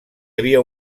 havia